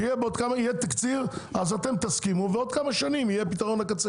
כדי שבעוד כמה שנים יהיה אותו.